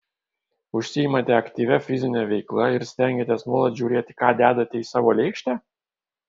užsiimate aktyvia fizine veikla ir stengiatės nuolat žiūrėti ką dedate į savo lėkštę